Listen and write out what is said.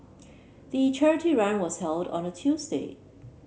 the charity run was held on a Tuesday